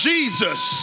Jesus